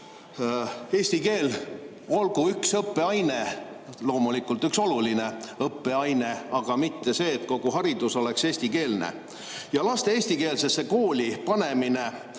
Eesti keel olgu üks õppeaine, loomulikult üks oluline õppeaine, aga mitte see, et kogu haridus oleks eestikeelne. Laste eestikeelsesse kooli panemine